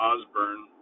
Osborne